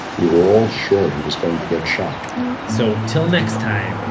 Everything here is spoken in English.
we were all sure he was going to get shot so till next time,